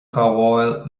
ghabháil